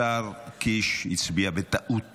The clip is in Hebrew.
השר קיש הצביע בטעות